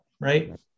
right